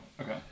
Okay